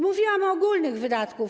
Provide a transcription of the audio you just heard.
Mówiłam o ogólnych wydatkach.